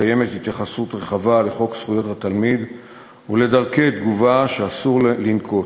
קיימת התייחסות רחבה לחוק זכויות התלמיד ולדרכי תגובה שאסור לנקוט,